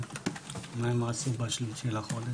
מה התפקיד שלך?